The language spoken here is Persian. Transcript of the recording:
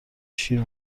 شیر